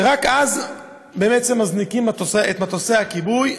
שרק אז בעצם מזניקים את מטוסי הכיבוי,